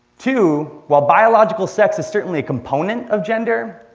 two, while biological sex is certainly a component of gender,